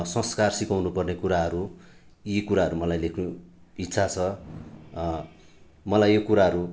संस्कार सिकाउनु पर्ने कुराहरू यी कुराहरू मलाई लेख्नु इच्छा छ मलाई यो कुराहरू